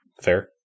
fair